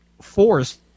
force